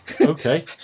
Okay